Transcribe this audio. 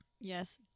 Yes